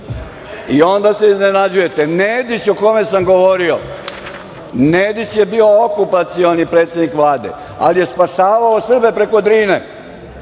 i onda se iznenađujete. Nedić, o kome sam govorio, Nedić je bio okupacioni predsednik Vlade, ali je spašavao Srbe preko Drine.